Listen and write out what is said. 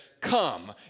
come